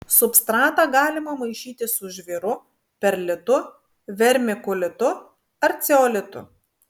substratą galima maišyti su žvyru perlitu vermikulitu ar ceolitu